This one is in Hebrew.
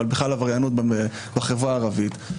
אבל בכלל עבריינות בחברה הערבית,